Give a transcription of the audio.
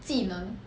技能